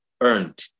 earned